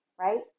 Right